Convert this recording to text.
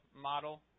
model